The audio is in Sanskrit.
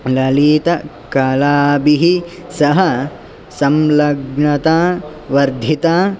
ललितकलाभिः सः संलग्रता वर्धिता